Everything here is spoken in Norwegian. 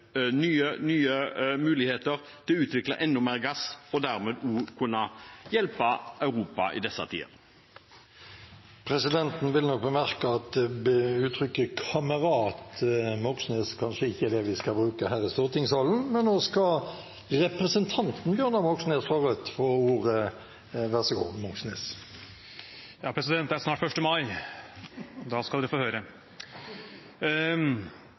nye muligheter til å utvikle enda mer gass og dermed også kunne hjelpe Europa i disse tider. Presidenten vil bemerke at «kamerat» Moxnes kanskje ikke er et uttrykk vi skal bruke her i stortingssalen, men nå skal representanten Bjørnar Moxnes fra Rødt få ordet. Vær så god, Moxnes. Det er snart 1. mai – da skal dere få høre.